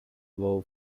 low